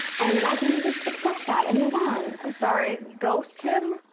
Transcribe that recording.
and why can't he just accept that and move on? i'm sorry, ghost him?